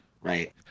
Right